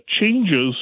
changes